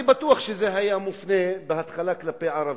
אני בטוח שזה היה מופנה בהתחלה כלפי ערבים,